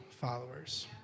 followers